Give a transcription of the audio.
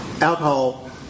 alcohol